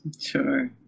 Sure